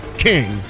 King